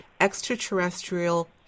extraterrestrial